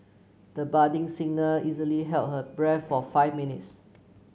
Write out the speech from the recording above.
the budding singer easily held her breath for five minutes